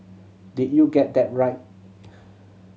did you get that right